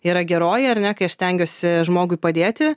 yra geroji ar ne kai aš stengiuosi žmogui padėti